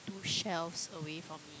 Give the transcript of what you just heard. two shelves away from me